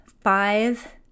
five